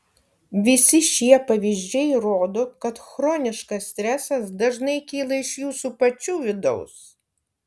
visi šie pavyzdžiai rodo kad chroniškas stresas dažnai kyla iš jūsų pačių vidaus